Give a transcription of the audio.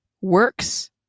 works